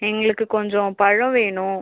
எங்களுக்கு கொஞ்சம் பழம் வேணும்